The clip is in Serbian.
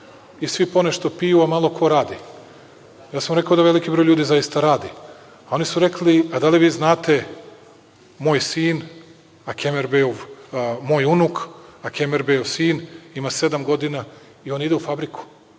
i svi ponešto piju, a malo ko radi. Ja sam mu rekao da veliki broj ljudi zaista radi. Oni su rekli da li vi znate, moj sin, Kemer bejov, moj unuk, a Kemer bejov sin ima sedam godina i on ide u fabriku,